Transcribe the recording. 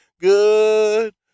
good